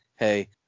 Hey